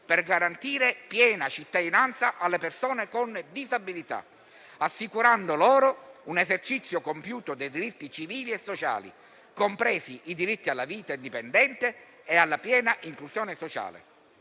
per garantire piena cittadinanza alle persone con disabilità, assicurando loro un esercizio compiuto dei diritti civili e sociali, compresi i diritti alla vita indipendente e alla piena inclusione sociale.